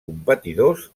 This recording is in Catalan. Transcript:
competidors